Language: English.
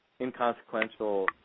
inconsequential